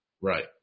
Right